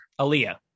Aaliyah